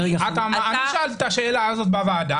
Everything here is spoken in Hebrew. אני שאלתי אותך את השאלה הזו בוועדה.